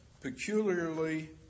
peculiarly